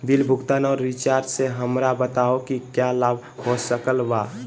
Bill भुगतान और recharge से हमरा बताओ कि क्या लाभ हो सकल बा?